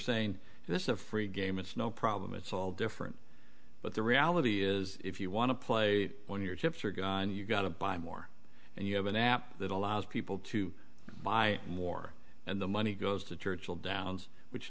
saying this is a free game it's no problem it's all different but the reality is if you want to play when your chips are gone you got to buy more and you have an app that allows people to buy more and the money goes to churchill downs which